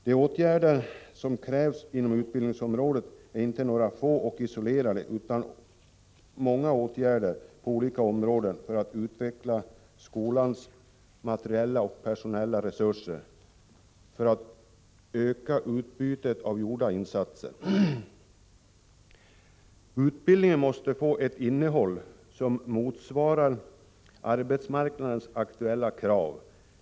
De åtgärder som krävs inom utbildningsområdet är inte några få och isolerade sådana, utan det krävs många åtgärder inom olika områden för att utveckla skolans materiella och personella resurser och för att öka utbytet av gjorda insatser. Utbildningen måste få ett innehåll som motsvarar arbetsmarknadens aktuella krav.